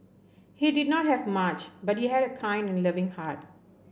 he did not have much but he had a kind and loving heart